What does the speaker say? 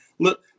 Look